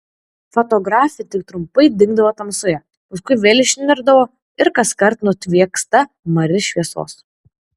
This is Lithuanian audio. fotografė tik trumpai dingdavo tamsoje paskui vėl išnirdavo ir kaskart nutvieksta mari šviesos